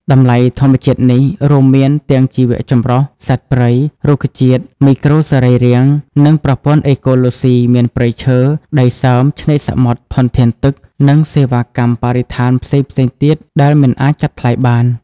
តម្លៃធម្មជាតិនេះ រួមមានទាំងជីវៈចម្រុះ សត្វព្រៃ រុក្ខជាតិ មីក្រូសរីរាង្គ និងប្រព័ន្ធអេកូឡូស៊ីមាន ព្រៃឈើ ដីសើម ឆ្នេរសមុទ្រ ធនធានទឹក និងសេវាកម្មបរិស្ថានផ្សេងៗទៀតដែលមិនអាចកាត់ថ្លៃបាន។